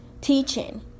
teaching